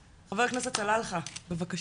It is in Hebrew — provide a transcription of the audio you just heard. תודה רבה, חבר הכנסת, סלאלחה, בבקשה.